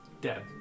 dead